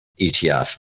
ETF